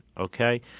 okay